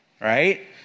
right